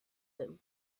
him